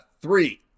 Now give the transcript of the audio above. Three